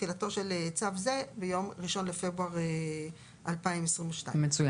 "2.ותחילתו של צו זה מיום 1 לפברואר 2022". מצוין.